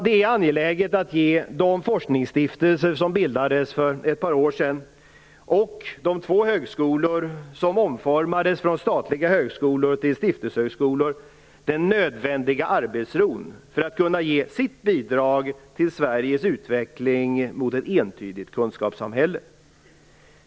Det är angeläget att ge de forskningsstiftelser som bildades för ett par år sedan och de två högskolor som omformades från statliga högskolor till stiftelsehögskolor den arbetsro som är nödvändig för att man skall kunna ge sitt bidrag till Sveriges utveckling mot ett entydigt kunskapssamhälle.